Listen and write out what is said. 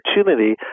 opportunity